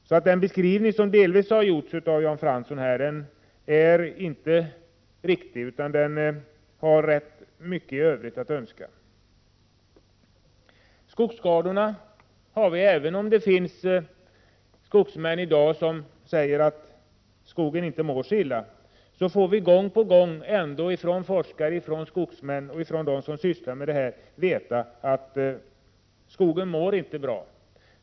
Så den beskrivning som här gjordes av Jan Fransson är inte riktig, utan där finns mycket övrigt att önska. Sedan några ord om skogsskadorna. Även om det finns skogsmän i dag som säger att skogen inte mår så illa, får vi gång på gång från forskare och från dem som sysslar med skogsfrågorna veta att skogen inte mår bra.